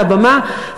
על הבמה,